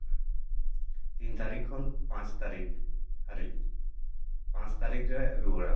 ᱛᱤᱱ ᱛᱟᱨᱤᱠᱷ ᱠᱷᱚᱱ ᱯᱟᱸᱪ ᱛᱟᱨᱤᱠᱷ ᱦᱟᱹᱨᱤᱡ ᱯᱟᱸᱪ ᱛᱟᱹᱨᱤᱠᱷ ᱞᱮ ᱨᱩᱣᱟᱹᱲᱟ